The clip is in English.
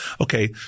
Okay